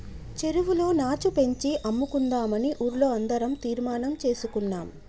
చెరువులో నాచు పెంచి అమ్ముకుందామని ఊర్లో అందరం తీర్మానం చేసుకున్నాం